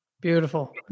beautiful